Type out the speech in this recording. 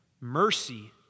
mercy